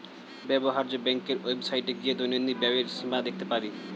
ব্যবহার্য ব্যাংকের ওয়েবসাইটে গিয়ে দৈনন্দিন ব্যয়ের সীমা দেখতে পারি